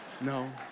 no